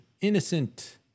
Innocent